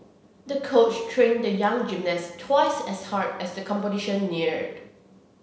the coach trained the young gymnast twice as hard as the competition neared